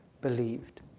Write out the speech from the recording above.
believed